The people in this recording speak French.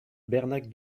bernac